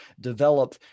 develop